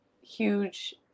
huge